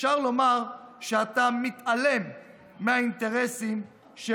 אפשר לומר שאתה מתעלם מהאינטרסים של